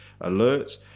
alerts